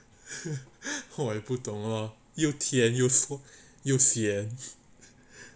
hope I 不懂 lor 又甜又酸又咸